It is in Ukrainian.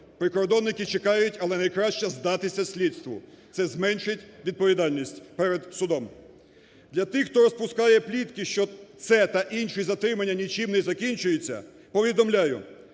Прикордонники чекають, але найкраще здатися слідству. Це зменшить відповідальність перед судом. Для тих, хто розпускає плітки. що це та інші затримання нічим не закінчуються, повідомляю.